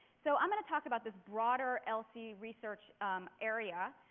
so i'm going to talk about this broader lc research area,